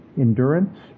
endurance